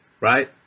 right